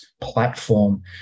platform